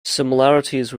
similarities